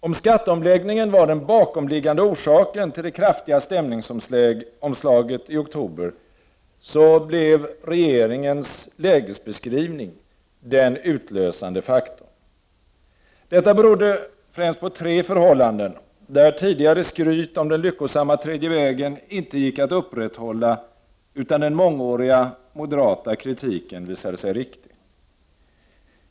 Om skatteomläggningen var den bakomliggande orsaken till det kraftiga stämningsomslaget i oktober, blev regeringens lägesbeskrivning den utlösande faktorn. Detta berodde främst på tre förhållanden, där tidigare skryt om den lyckosamma tredje vägen inte gick att upprätthålla utan där den mångåriga moderata kritiken visade sig riktig.